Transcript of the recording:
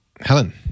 Helen